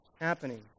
happening